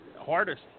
hardest